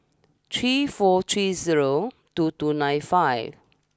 three four three zero two two nine five